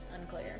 Unclear